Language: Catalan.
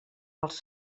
els